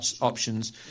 options